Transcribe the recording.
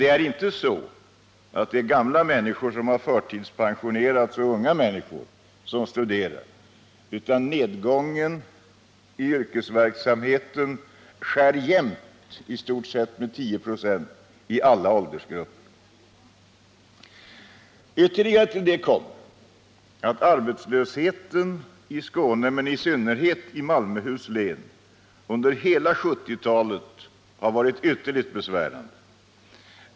Det är inte gamla män som har förtidspensionerats eller unga män som studerar, utan nedgången i yrkesverksamheten skär jämnt med i stort sett 10 96 i alla åldersgrupper. Till detta kommer ytterligare att arbetslösheten i Skåne — i synnerhet i Malmöhus län — under hela 1970-talet varit ytterligt besvärande.